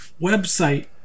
website